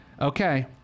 Okay